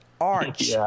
arch